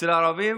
ואצל הערבים